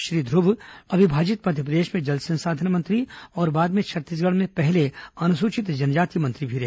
श्री ध्र्व अविभाजित मध्यप्रदेश में जल संसाधन मंत्री और बाद में छत्तीसगढ़ में पहले अनुसूचित जनजाति मंत्री भी रहे